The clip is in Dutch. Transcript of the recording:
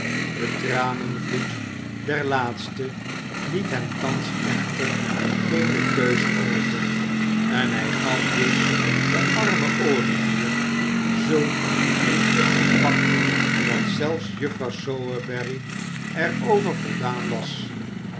de tranenvloed der laatste liet hem thans echter geene keuze over en hij gaf dus den armen olivier zulk een duchtig pak dat zelfs juffrouw sowerberry er over voldaan was